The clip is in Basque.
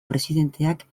presidenteak